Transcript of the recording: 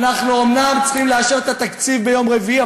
אנחנו אומנם צריכים לאשר את התקציב ביום רביעי,